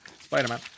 Spider-Man